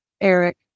Eric